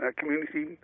community